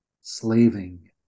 slaving